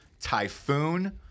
typhoon